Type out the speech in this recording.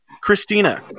Christina